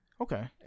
okay